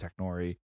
Technori